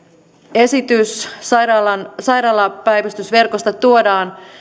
esitys sairaalapäivystysverkosta tuodaan